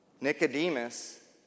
Nicodemus